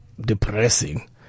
depressing